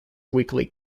weekly